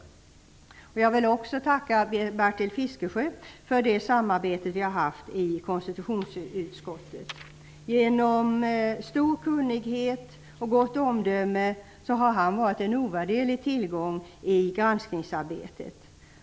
Jag vill också tacka Bertil Fiskesjö för det samarbete vi har haft i konstitutionsutskottet. Genom stor kunnighet och gott omdöme har han varit en ovärderlig tillgång i granskningsarbetet.